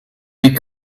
mes